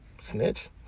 Snitch